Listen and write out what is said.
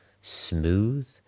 smooth